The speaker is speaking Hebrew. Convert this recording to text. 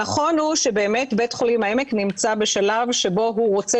הנכון הוא שבאמת בית חולים העמק נמצא בשלב שבו הוא רוצה